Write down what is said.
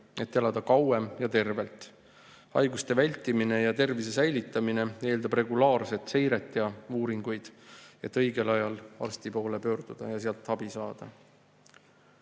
et elada kauem ja tervelt. Haiguste vältimine ja tervise säilitamine eeldab regulaarset seiret ja uuringuid, et õigel ajal arsti poole pöörduda ja sealt abi saada.